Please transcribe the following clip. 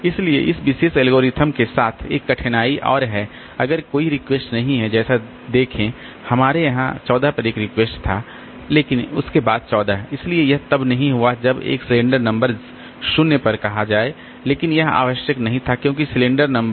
इसलिए इस विशेष एल्गोरिथ्म के साथ एक कठिनाई और है अगर कोई रिक्वेस्ट नहीं है जैसे देखें हमारे यहां 14 पर एक रिक्वेस्ट था लेकिन उसके बाद 14 इसलिए यह तब नहीं हुआ जब एक सिलेंडर नंबर 0 पर कहा जाए लेकिन यह आवश्यक नहीं था क्योंकि सिलेंडर नंबर